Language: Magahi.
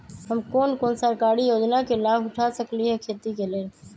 हम कोन कोन सरकारी योजना के लाभ उठा सकली ह खेती के लेल?